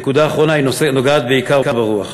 הנקודה האחרונה נוגעת בעיקר ברוח.